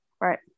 Right